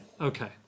Okay